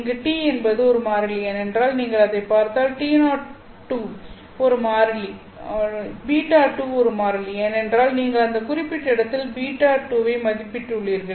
இங்கு T என்பது மாறிலி ஏனென்றால் நீங்கள் அதைப் பார்த்தால் T02 ஒரு மாறிலி β2 ஒரு மாறிலி ஏனென்றால் நீங்கள் அந்த குறிப்பிட்ட இடத்தில் β2 ஐ மதிப்பிட்டுள்ளீர்கள்